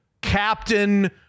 captain